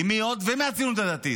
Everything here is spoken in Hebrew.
ועם מי עוד, ומהציונות הדתית,